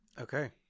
Okay